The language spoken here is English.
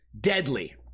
deadly